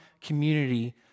community